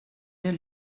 der